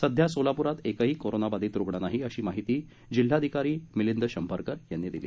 सध्या सोलाप्रात एकही कोरोना बाधित रुग्ण नाही अशी माहिती जिल्हाधिकारी मिलिंद शंभरकर यांनी दिली